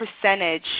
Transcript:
percentage